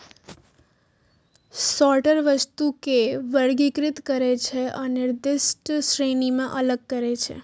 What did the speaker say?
sorter वस्तु कें वर्गीकृत करै छै आ निर्दिष्ट श्रेणी मे अलग करै छै